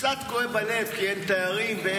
קצת כואב הלב, כי אין תיירים.